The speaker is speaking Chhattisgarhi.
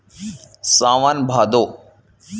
सावन भादो